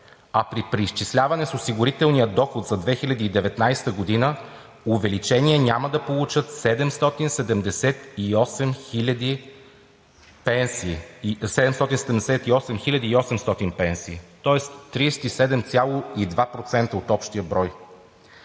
а при преизчисляване с осигурителния доход за 2019 г. увеличение няма да получат 778 800 пенсии, тоест 37,2% от общия брой.